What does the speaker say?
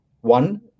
one